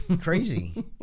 crazy